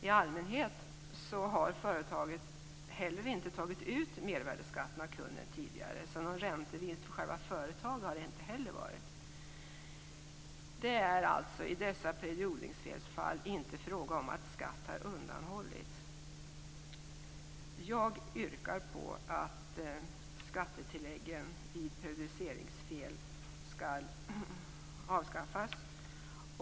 I allmänhet har företaget inte heller tagit ut mervärdesskatten av kunden tidigare. Någon räntevinst för företaget har det alltså inte heller varit. I dessa periodiseringsfelsfall är det således inte fråga om att skatt har undanhållits. Jag yrkar på att skattetilläggen vid periodiseringsfel skall avskaffas.